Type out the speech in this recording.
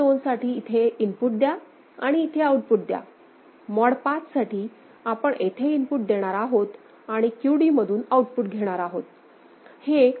mod 2 साठी इथे input द्या आणि इथे आऊटपुट द्या मॉड 5 साठी आपण येथे इनपुट देणार आहोत आणि QD मधून आउटपुट घेणार आहोत